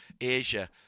Asia